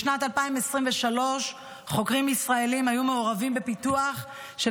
בשנת 2023 חוקרים ישראלים היו מעורבים בפיתוח של